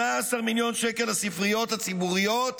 18 מיליון שקל לספריות הציבוריות